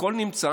הכול נמצא.